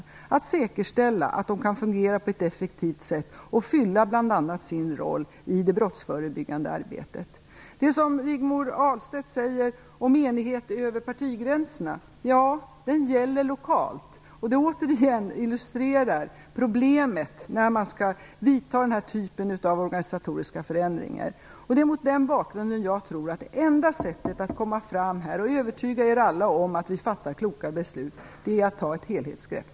Det måste säkerställas att de fungerar på ett effektivt sätt och bl.a. fyller sin roll i det brottsförebyggande arbetet. Det som Rigmor Ahlstedt säger om enighet över partigränserna gäller lokalt, och det illustrerar återigen problemen i samband med att man skall genomföra den här typen av organisatoriska förändringar. Det är mot den bakgrunden jag tror att det enda sättet att övertyga er alla om att vi fattar kloka beslut är att ta ett helhetsgrepp.